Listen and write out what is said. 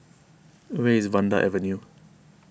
where is Vanda Avenue